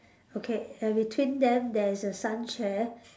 okay and between them there is a sun chair